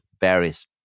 various